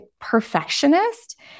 perfectionist